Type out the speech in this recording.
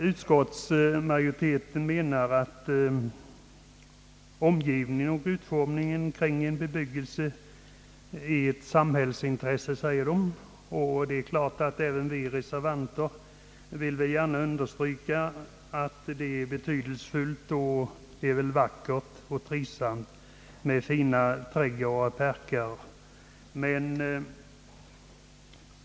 Utskottsmajoriteten säger, att utformningen av en bebyggelses omgivning är ett samhällsintresse, och även vi reservanter vill naturligtvis gärna understryka att det är betydelsefullt, vackert och trivsamt med fina trädgårdar och parker.